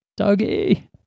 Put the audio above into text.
Dougie